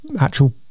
actual